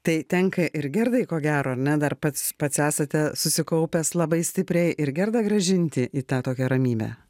tai tenka ir gerdai ko gero ar ne dar pats pats esate susikaupęs labai stipriai ir gerdą grąžinti į tą tokią ramybę